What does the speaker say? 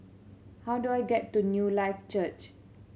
how do I get to Newlife Church